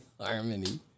Harmony